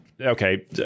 Okay